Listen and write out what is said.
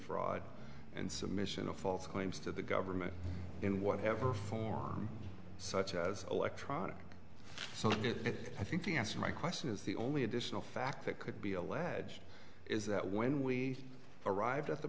fraud and submission of false claims to the government in whatever form such as electronic so i think the answer my question is the only additional fact that could be alleged is that when we arrived at the